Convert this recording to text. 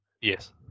yes